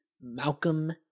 malcolm